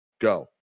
Go